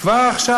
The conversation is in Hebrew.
כבר עכשיו?